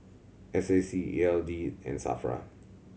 S A C E L D and SAFRA